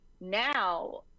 now